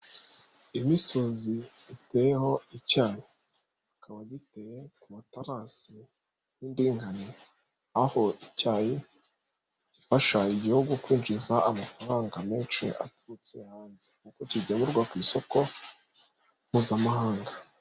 Imisozi iteyeho icyayi. Akaba giteye ku mataraasi y'indinganire. Aho icyayi gifasha igihugu kwinjiza amafaranga menshi aturutse hanze kuko kigemurwa ku isoko mpuzamahanga.